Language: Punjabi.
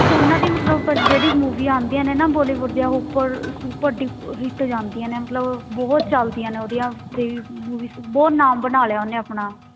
ਉਹਨਾਂ ਦੀ ਮਤਲਬ ਪਰ ਜਿਹੜੀ ਮੂਵੀ ਆਉਂਦੀਆਂ ਨੇ ਨਾ ਬੋਲੀਵੁੱਡ ਦੀਆਂ ਉੱਪਰ ਸੁਪਰ ਡਿਪ ਹਿੱਟ ਜਾਂਦੀਆਂ ਨੇ ਮਤਲਬ ਬਹੁਤ ਚੱਲਦੀਆਂ ਨੇ ਉਹਦੀਆਂ ਤਾਂ ਮੂਵੀਜ਼ ਬਹੁਤ ਨਾਮ ਬਣਾ ਲਿਆ ਉਹਨੇ ਆਪਣਾ